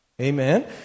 Amen